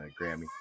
Grammy